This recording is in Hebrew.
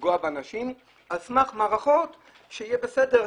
לפגוע באנשים על סמך מערכות של "יהיה בסדר,